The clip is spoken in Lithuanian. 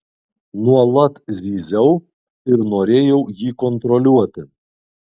nuolat zyziau ir norėjau jį kontroliuoti